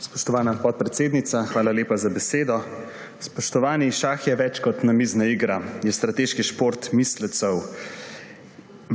Spoštovana podpredsednica, hvala lepa za besedo. Spoštovani! Šah je več kot namizna igra, je strateški šport mislecev,